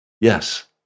Yes